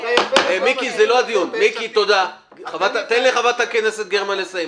חבר הכנסת מיקי זוהר, תן לחברת הכנסת גרמן לסיים.